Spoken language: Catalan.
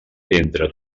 entre